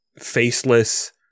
faceless